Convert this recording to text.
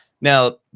Now